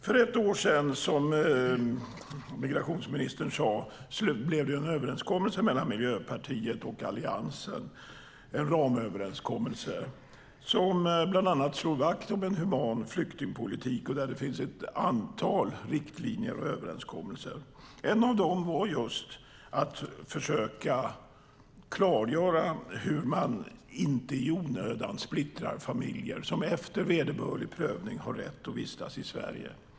För ett år sedan fick man, som migrationsministern sade, en ramöverenskommelse mellan Miljöpartiet och Alliansen som bland annat slog vakt om en human flyktingpolitik. Där finns ett antal riktlinjer och överenskommelser. En av dem var just att försöka klargöra hur man inte i onödan splittrar familjer som efter vederbörlig prövning har rätt att vistas i Sverige.